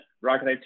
Rocket